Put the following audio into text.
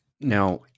Now